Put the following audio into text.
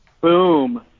Boom